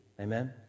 Amen